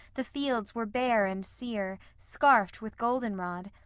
the fields were bare and sere, scarfed with golden rod,